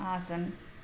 आसन्